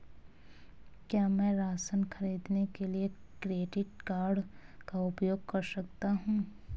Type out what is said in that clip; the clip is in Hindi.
क्या मैं राशन खरीदने के लिए क्रेडिट कार्ड का उपयोग कर सकता हूँ?